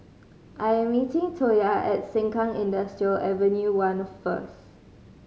I'm meeting Toya at Sengkang Industrial Avenue One first